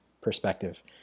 perspective